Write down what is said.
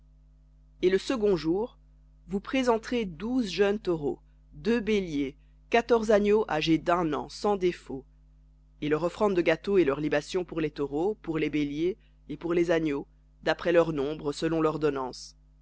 et le second jour douze jeunes taureaux deux béliers quatorze agneaux âgés d'un an sans défaut et leur offrande de gâteau et leurs libations pour les taureaux pour les béliers et pour les agneaux d'après leur nombre selon l'ordonnance